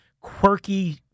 quirky